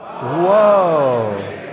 Whoa